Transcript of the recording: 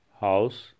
house